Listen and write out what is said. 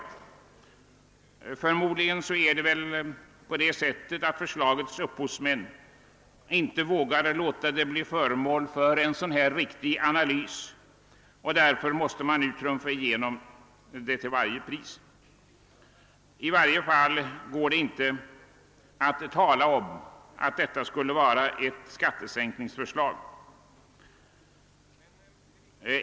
Men förmodligen har förslagets upphovsmän inte vågat låta det bli föremål för en sådan riktig analys, utan vill nu trumfa igenom det till varje pris. I vart fall går det inte att tala om att detta skulle vara ett skattesänkningsförslag.